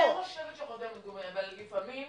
אני לא חושבת שחותמת גומי, אבל לפעמים